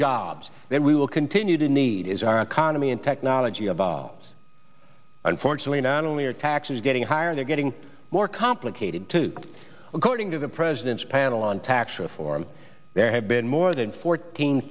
jobs that we will continue to need is our economy and technology evolves unfortunately not only are taxes getting higher they're getting more complicated too according to the president's panel on tax reform there have been more than fourteen